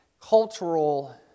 cultural